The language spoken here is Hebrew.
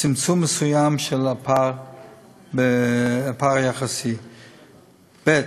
וצמצום מסוים של הפער היחסי, ב.